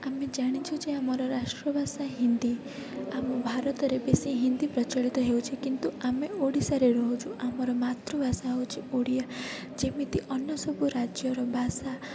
ଆମେ ଜାଣିଛୁ ଯେ ଆମର ରାଷ୍ଟ୍ର ଭାଷା ହିନ୍ଦୀ ଆମ ଭାରତରେ ବେଶୀ ହିନ୍ଦୀ ପ୍ରଚଳିତ ହେଉଛି କିନ୍ତୁ ଆମେ ଓଡ଼ିଶାରେ ରହୁଛୁ ଆମର ମାତୃଭାଷା ହେଉଛି ଓଡ଼ିଆ ଯେମିତି ଅନ୍ୟ ସବୁ ରାଜ୍ୟର ଭାଷା